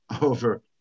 over